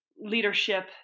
leadership